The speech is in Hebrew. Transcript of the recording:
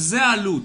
זאת העלות.